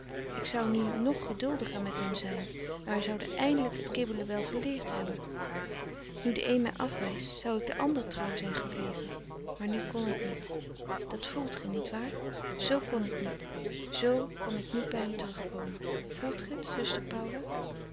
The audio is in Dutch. ik zou nu ng geduldiger met hem zijn en wij zouden eindelijk t kibbelen wel verleerd hebben nu de een mij afwijst zou ik den ander trouw zijn gebleven maar nu kon t niet dat voelt ge niet waar z kon t niet z kon ik niet bij hem terugkomen voelt ge t zuster